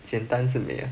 简单是美啊